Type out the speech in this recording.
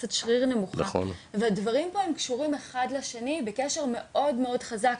מסת שריר נמוכה והדברים האלה קשורים אחד בשני בקשר מאוד מאוד חזק.